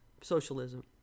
socialism